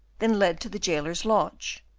then led to the jailer's lodge,